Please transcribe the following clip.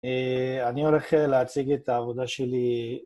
אני הולך להציג את העבודה שלי